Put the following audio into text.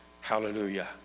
hallelujah